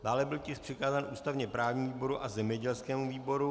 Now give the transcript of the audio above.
Dále byl tisk přikázán ústavněprávnímu výboru a zemědělskému výboru.